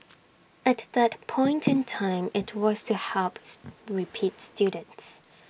at that point in time IT was to helps repeats students